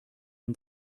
and